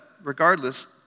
regardless